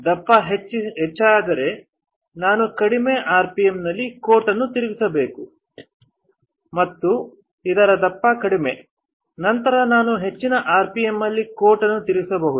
ದಪ್ಪ ಹೆಚ್ಚಿದ್ದರೆ ನಾನು ಕಡಿಮೆ ಆರ್ಪಿಎಂನಲ್ಲಿ ಕೋಟ್ ಅನ್ನು ತಿರುಗಿಸಬೇಕು ಮತ್ತು ಇದ್ದರೆ ದಪ್ಪ ಕಡಿಮೆ ನಂತರ ನಾನು ಹೆಚ್ಚಿನ ಆರ್ಪಿಎಂನಲ್ಲಿ ಕೋಟ್ ಅನ್ನು ತಿರುಗಿಸಬಹುದು